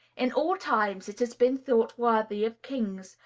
in all times it has been thought worthy of kings,